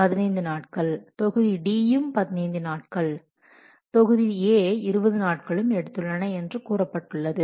15 நாட்கள் தொகுதி D யும் 15 நாட்கள் தொகுதி A 20 நாட்களும் எடுத்துள்ளன என்று கூறப்பட்டுள்ளது